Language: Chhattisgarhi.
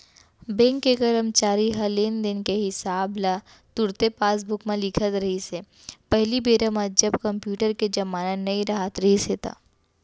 बेंक के करमचारी ह लेन देन के हिसाब ल तुरते पासबूक म लिखत रिहिस हे पहिली बेरा म जब कम्प्यूटर के जमाना नइ राहत रिहिस हे ता